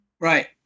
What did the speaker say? Right